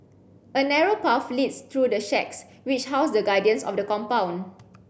a narrow path leads through the shacks which house the guardians of the compound